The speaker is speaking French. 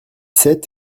sept